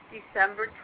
December